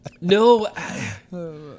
No